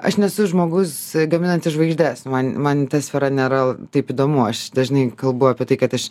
aš nesu žmogus gaminantis žvaigždes man man ta sfera nėra taip įdomu aš dažnai kalbu apie tai kad aš